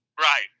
right